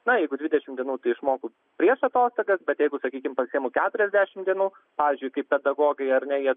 na jeigu dvidešimt dienų tai išmoku prieš atostogas bet jeigu sakykime pasiimu keturiasdešimt dienų pavyzdžiui kaip pedagogai ar ne jie